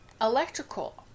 electrical